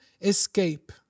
escape